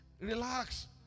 Relax